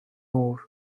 ore